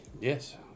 Yes